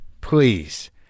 please